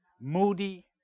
moody